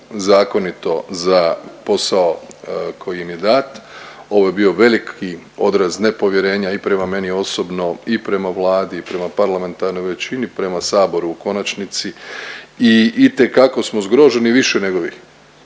zakonito za posao koji im je dat. Ovo je bio veliki odraz nepovjerenja i prema meni osobno i prema Vladi i prema parlamentarnoj većini, prema saboru u konačnici i itekako smo zgroženi. Više nego vi